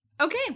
Okay